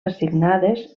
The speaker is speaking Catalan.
assignades